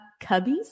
cubbies